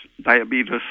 diabetes